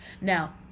Now